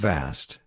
Vast